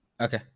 okay